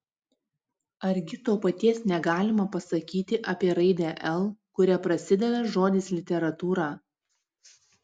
argi to paties negalima pasakyti apie raidę l kuria prasideda žodis literatūra